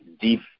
deep